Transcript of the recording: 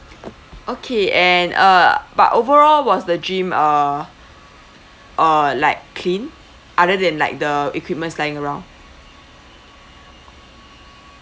okay and uh but overall was the gym uh uh like clean other than like the equipments lying around